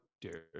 dude